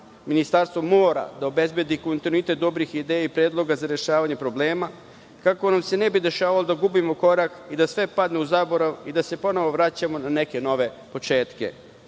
planovi. Ministarstvo mora da obezbedi kontinuitet dobrih ideja i predloga za rešavanje problema, kako nam se ne bi dešavalo da gubimo korak i da sve padne u zaborav i da se ponovo vraćamo na neke nove početke. Očekujem